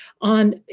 on